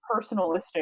personalistic